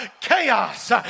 chaos